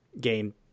game –